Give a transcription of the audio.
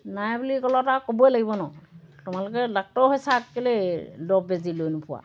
নাই বুলি ক'লত আৰু ক'বই লাগিব ন তোমালোকে ডাক্তৰ হৈছা কেলৈ দৰৱ বেজী লৈ নুফুৰা